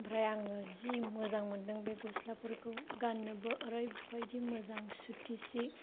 ओमफ्राय आङो जि मोजां मोन्दों बे गस्लाफोरखौ गाननोबो ओरैबायदि मोजां सुति सि